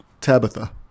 tabitha